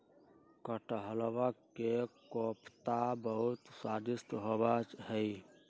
कटहलवा के कोफ्ता बहुत स्वादिष्ट होबा हई